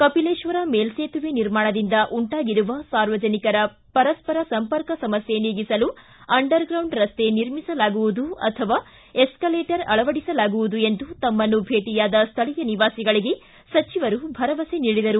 ಕಪಿಲೇಶ್ವರ ಮೇಲ್ಲೇತುವೆ ನಿರ್ಮಾಣದಿಂದ ಉಂಟಾಗಿರುವ ಸಾರ್ವಜನಿಕರ ಪರಸ್ಪರ ಸಂಪರ್ಕ ಸಮಸ್ಯೆ ನೀಗಿಸಲು ಅಂಡರ್ಗೌಂಡ್ ರಸ್ತೆ ನಿರ್ಮಿಸಲಾಗುವುದು ಅಥವಾ ಎಸ್ಕಲೇಟರ್ ಅಳವಡಿಸಲಾಗುವುದು ಎಂದು ತಮ್ಮನ್ನು ಭೇಟಿಯಾದ ಸ್ವಳೀಯ ನಿವಾಸಿಗಳಿಗೆ ಸಚಿವರು ಭರವಸೆ ನೀಡಿದರು